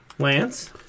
Lance